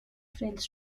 fails